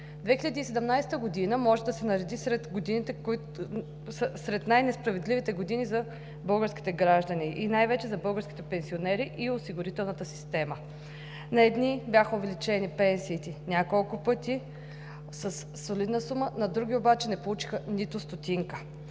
2017 година може да се нареди сред най-несправедливите години за българските граждани и най-вече за българските пенсионери и осигурителната система. На едни бяха увеличени пенсиите няколко пъти със солидна сума, на други обаче не получиха нито стотинка.